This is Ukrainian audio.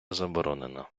заборонена